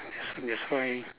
that's that's why